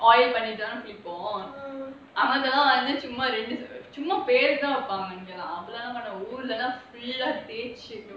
oil பண்ணித்தானே குளிப்போம் அப்டிலாம் கெடயாது ஊர்லனா:pannithaanae kulipom apdilaam kedayaathu oorlanaa full தேச்சி:thechi